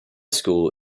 school